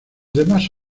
demás